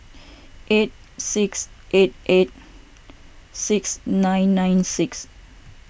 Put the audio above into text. eight six eight eight six nine nine six